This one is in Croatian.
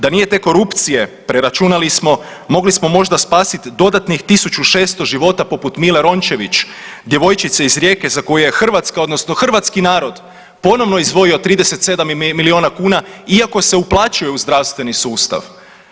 Da nije te korupcije, preračunali smo mogli smo možda spasiti dodatnih 1600 života poput Mile Rončević, djevojčice iz Rijeke za koju je Hrvatska, odnosno hrvatski narod ponovno izdvojio 37 milijuna kuna iako se uplaćuje u zdravstveni sustav.